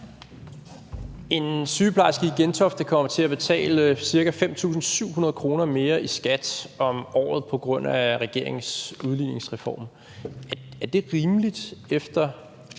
En sygeplejerske i Gentofte kommer til at betale ca. 5.700 kr. mere i skat om året på grund af regeringens udligningsreform. Er det rimeligt efter